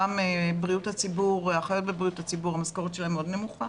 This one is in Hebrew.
גם משכורות האחיות בבריאות הציבור הן מאוד נמוכות,